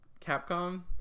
Capcom